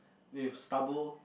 with stubble